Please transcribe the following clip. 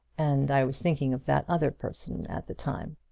and i was thinking of that other person at the time.